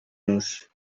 nos